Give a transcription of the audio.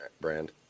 brand